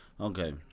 okay